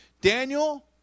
Daniel